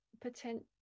potential